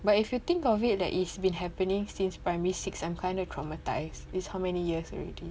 but if you think of it that it's been happening since primary six I'm kinda traumatized is how many years already